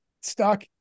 Stuck